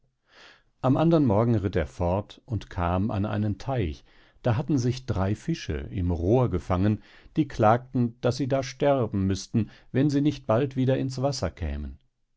am andern morgen ritt er fort und kam an einen teich da hatten sich drei fische im rohr gefangen die klagten daß sie da sterben müßten wenn sie nicht bald wieder ins wasser kämen